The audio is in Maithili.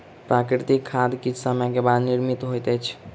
प्राकृतिक खाद किछ समय के बाद निर्मित होइत अछि